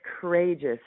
courageous